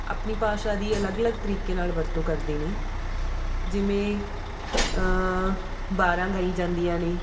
ਆਪਣੀ ਭਾਸ਼ਾ ਦੀ ਅਲੱਗ ਅਲੱਗ ਤਰੀਕੇ ਨਾਲ਼ ਵਰਤੋਂ ਕਰਦੇ ਨੇ ਜਿਵੇਂ ਵਾਰਾਂ ਗਾਈ ਜਾਂਦੀਆਂ ਨੇ